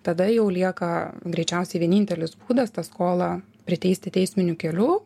tada jau lieka greičiausiai vienintelis būdas tą skolą priteisti teisminiu keliu